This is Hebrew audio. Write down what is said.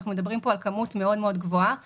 אנחנו מדברים פה על כמות גבוהה מאוד,